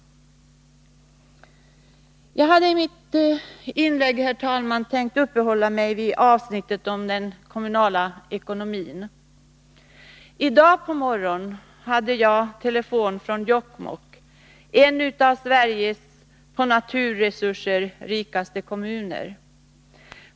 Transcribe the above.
Jag hade i mitt inlägg tänkt uppehålla mig vid avsnittet om den kommunala ekonomin. I dag på morgonen fick jag ett telefonsamtal från Jokkmokk, en av Sveriges på naturresurser rikaste kommuner.